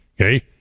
Okay